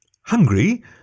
Hungry